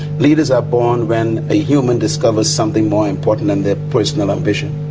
leaders are born when a human discovers something more important than their personal ambition.